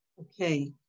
Okay